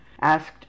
Asked